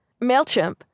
MailChimp